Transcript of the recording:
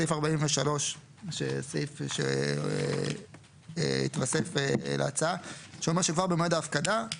סעיף 43 שסעיף שהתווסף להצעה שאומר שכבר במועד ההפקדה למעשה,